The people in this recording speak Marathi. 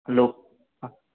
हॅलो हा